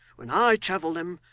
when i travel them,